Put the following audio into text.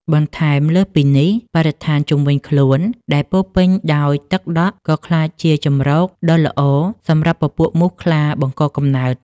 បន្ថែមលើសពីនេះ បរិស្ថានជុំវិញខ្លួនដែលពោរពេញដោយទឹកដក់ ក៏ក្លាយជាជម្រកដ៏ល្អសម្រាប់ពពួកមូសខ្លាបង្កកំណើត។